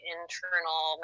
internal